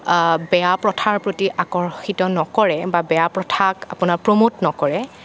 বেয়া প্ৰথাৰ প্ৰতি আকৰ্ষিত নকৰে বা বেয়া প্ৰথাক আপোনাৰ প্ৰমোট নকৰে